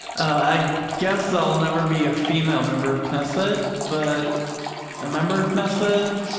i guess i'll never be a female member of knesset, but a member of knesset?